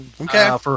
Okay